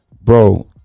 Bro